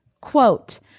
Quote